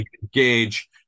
engage